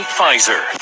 Pfizer